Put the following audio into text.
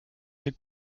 ces